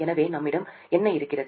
எனவே நம்மிடம் என்ன இருக்கிறது